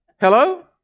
Hello